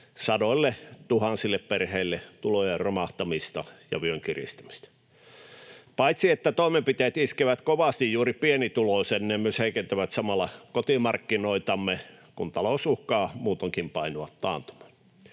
sadoilletuhansille perheille tulojen romahtamista ja vyön kiristämistä. Paitsi että toimenpiteet iskevät kovasti juuri pienituloiseen ne myös heikentävät samalla kotimarkkinoitamme, kun talous uhkaa muutoinkin painua taantumaan.